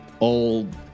old